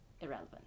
irrelevant